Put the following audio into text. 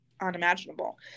unimaginable